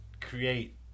create